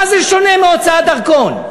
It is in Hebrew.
מה זה שונה מהוצאת דרכון?